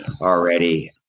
already